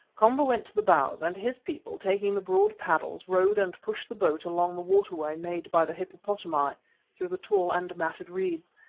komba went to the bows and his people, taking the broad paddles, rowed and pushed the boat along the water-way made by the hippopotami through the tall and matted reeds,